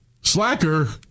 Slacker